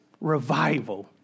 revival